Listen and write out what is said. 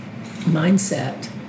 mindset